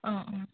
অঁ অঁ